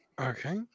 Okay